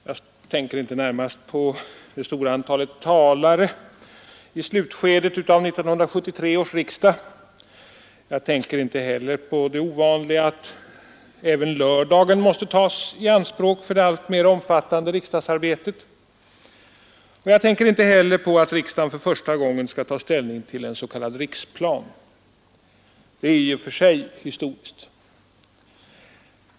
Jag tänker inte närmast på det stora antalet talare i slutskedet av 1972 års riksdag Jag tänker inte på det ovanliga att även lördagen måste tas i anspråk för det alltmer ökande riksdagsarbetet, och jag tänker inte heller på att riksdagen för första gången skall ta ställning till en s.k. riksplan, något som i och för sig är historiskt.